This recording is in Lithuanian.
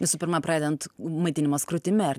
visų pirma pradedant maitinimas krūtimi ar